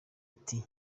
ati